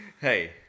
Hey